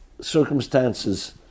circumstances